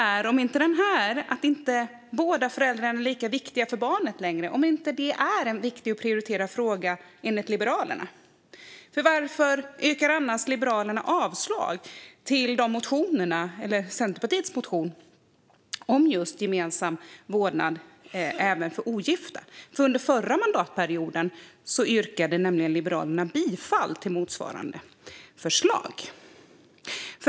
Är frågan om att båda föräldrarna är lika viktiga för barnet inte längre viktig för Liberalerna? Varför yrkar annars Liberalerna avslag på Centerpartiets motion om just gemensam vårdnad även för ogifta? Under förra mandatperioden yrkade nämligen Liberalerna bifall till motsvarande förslag.